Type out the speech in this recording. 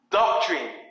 doctrine